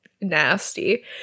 nasty